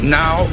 now